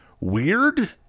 weird